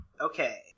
Okay